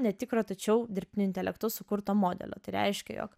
netikro tačiau dirbtiniu intelektu sukurto modelio tai reiškia jog